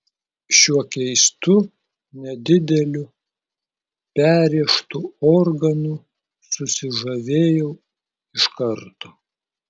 šiuo keistu nedideliu perrėžtu organu susižavėjau iš karto